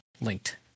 linked